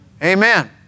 Amen